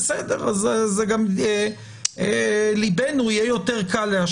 זאת אומרת, על 600 הליכים ציינו הפקידים שאין מה